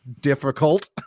difficult